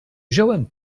wziąłem